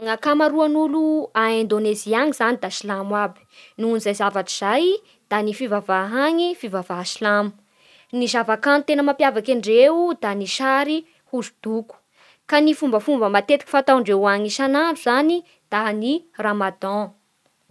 Ny akamaroan'ny olo a Indonezia any zany da silamo aby noho izay zavatra zay da ny fivavaha any da fivavaha silamo Ny zava-kanto mampiavaky andreo dia ny sary, hosodoko, ka ny fombafomba matetiky fantaondreo any isan'andro zany da ny Ramadan